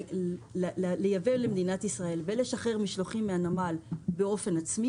לייבא למדינת ישראל ולשחרר משלוחים מהנמל באופן עצמי,